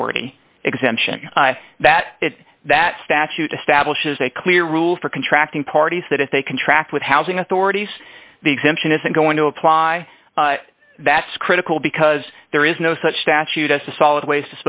authority exemption that that statute establishes a clear rule for contracting parties that if they contract with housing authorities the exemption isn't going to apply that's critical because there is no such statute as a solid waste